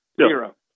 Zero